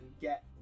get